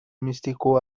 místico